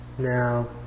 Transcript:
Now